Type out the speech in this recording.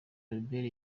albert